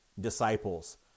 disciples